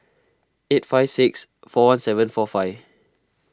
eight five six four one seven four five